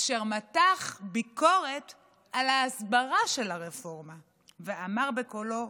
אשר מתח ביקורת על ההסברה של הרפורמה ואמר בקולו: